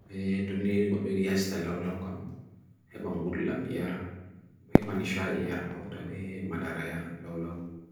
ʻe ʻtoni ʻgodw ʻi ʻashtal ʻalaw ʻam ʻe ʻbang gul ʻam ʻi ʻara ʻe ʻman ʻi ʃa ʻi ʻara ʻaw ʻa ʻutab ʻe ʻmada ʻa ʻara ʻa ʻlaw ʻaw ʻaw ʻaw